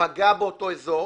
פגע באותו אזור.